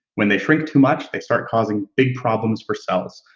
when they shrink too much, they start causing big problems for cells.